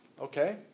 Okay